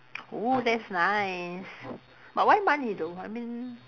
!oo! that's nice but why money though I mean